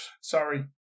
Sorry